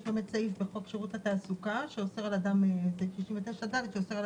יש סעיף בחוק שירות התעסוקה 99ד שאוסר על